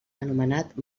anomenat